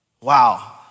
Wow